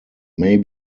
may